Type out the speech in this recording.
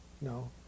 No